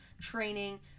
training